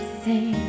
say